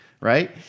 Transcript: Right